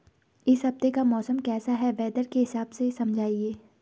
इस हफ्ते का मौसम कैसा है वेदर के हिसाब से समझाइए?